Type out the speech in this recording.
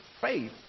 faith